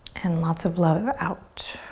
and lots of love out.